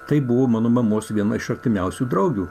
tai buvo mano mamos viena iš artimiausių draugių